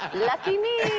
lucky me! ooh!